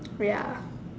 ya